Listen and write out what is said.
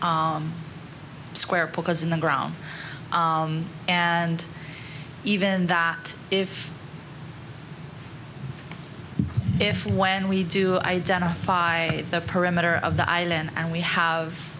square because in the ground and even if if when we do identify the perimeter of the island and we have